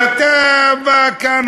ואתה בא כאן,